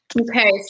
Okay